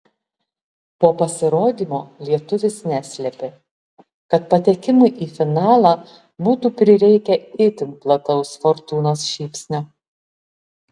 po pasirodymo lietuvis neslėpė kad patekimui į finalą būtų prireikę itin plataus fortūnos šypsnio